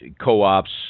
co-ops